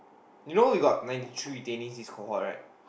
you know we got ninety three retainees this cohort right